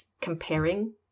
comparing